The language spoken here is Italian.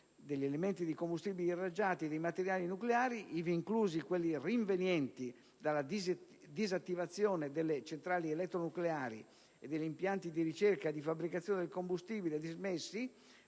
degli elementi di combustibile irraggiati e dei materiali nucleari, ivi inclusi quelli rinvenienti dalla disattivazione delle centrali elettronucleari e degli impianti di ricerca e di fabbricazione del combustibile dismessi